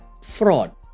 fraud